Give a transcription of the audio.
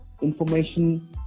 information